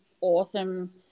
awesome